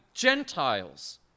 Gentiles